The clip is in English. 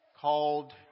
called